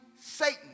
Satan